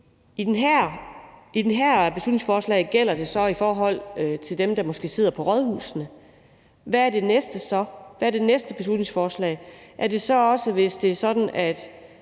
I det her beslutningsforslag gælder det så i forhold til dem, der måske sidder på rådhuset, og hvad handler det næste beslutningsforslag så om? Gælder det så også